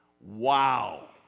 Wow